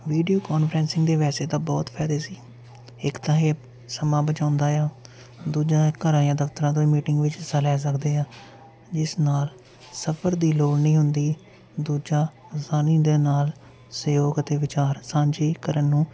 video conferencing ਦੇ ਵੈਸੇ ਤਾਂ ਬਹੁਤ ਫ਼ਾਇਦੇ ਸੀ ਇੱਕ ਤਾਂ ਇਹ ਸਮਾਂ ਬਚਾਉਂਦਾ ਆ ਦੂਜਾ ਘਰਾਂ ਜਾ ਦਫ਼ਤਰਾਂ ਤੋਂ ਵੀ ਮੀਟਿੰਗ ਵਿੱਚ ਹਿੱਸਾ ਲੈ ਸਕਦੇ ਹਾਂ ਜਿਸ ਨਾਲ ਸਫ਼ਰ ਦੀ ਲੋੜ ਨਹੀਂ ਹੁੰਦੀ ਦੂਜਾ ਆਸਾਨੀ ਦੇ ਨਾਲ ਸਹਿਯੋਗ ਅਤੇ ਵਿਚਾਰ ਸਾਂਝੀ ਕਰਨ ਨੂੰ